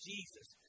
Jesus